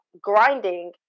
grinding